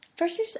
First